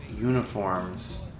uniforms